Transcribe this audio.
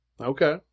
Okay